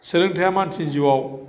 सोलोंथायआ मानसिनि जिउआव